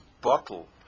bottle